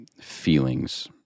feelings